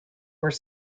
were